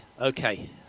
Okay